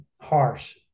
harsh